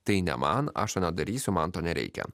tai ne man aš to nedarysiu man to nereikia